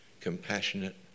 compassionate